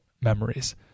memories